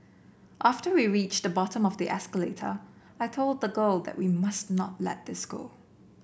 after we reached the bottom of the escalator I told the girl that we must not let this go